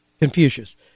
Confucius